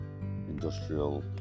industrial